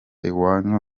iwanyu